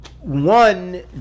one